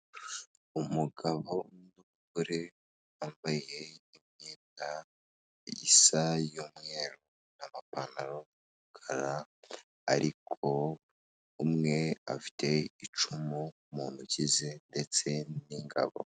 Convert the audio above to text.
Umugabo n'umugore bambaye imyenda isa y'umweru n'amapantaro y'umukara ariko umwe afite icumu mu ntoki ze ndetse n'ingabo.